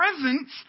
presence